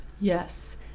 Yes